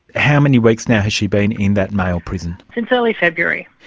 how many weeks now has she been in that male prison? since early february.